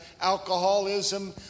alcoholism